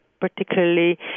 particularly